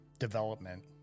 development